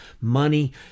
money